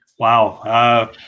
Wow